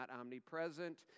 omnipresent